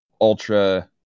ultra